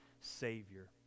Savior